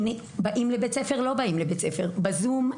אם באים לבית הספר או לא באים לבית הספר, בזום?